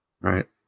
right